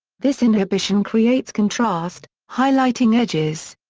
this inhibition creates contrast, highlighting edges.